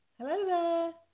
Hello